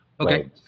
Okay